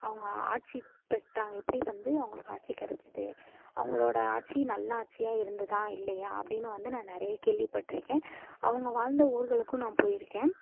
அவங்க ஆட்சிப் பெற்றாங்க எப்படி வந்து அவங்களுக்கு ஆட்சி கிடச்சிது அவங்களோட ஆட்சி நல்லாட்சியா இருந்ததா இல்லையா அப்படினு வந்து நான் நிறைய கேள்விப்பட்ருக்கேன் அவங்க வாழ்ந்த ஊர்களுக்கும் நான் போயிருக்கேன்